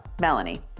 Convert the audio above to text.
Melanie